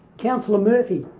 councillor murphy.